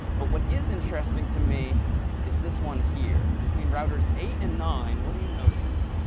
but what is interesting to me is this one here between routers eight and nine, what do you notice?